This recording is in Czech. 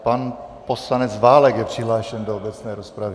Pan poslanec Válek je přihlášen do obecné rozpravy.